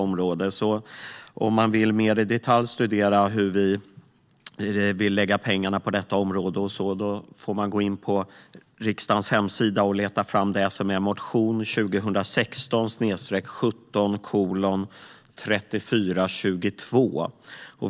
Vill man mer i detalj studera hur vi vill lägga pengarna på detta område får man gå in på riksdagens hemsida och leta fram motion 2016/17:3422.